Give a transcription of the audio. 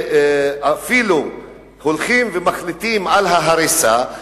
אפילו הולכים ומחליטים על הריסה,